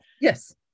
Yes